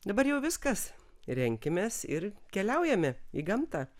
dabar jau viskas renkimės ir keliaujame į gamtą